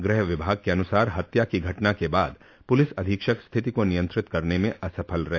गृह विभाग के अनुसार हत्या की घटना के बाद पुलिस अधीक्षक स्थिति को नियंत्रित करन में असफल रहे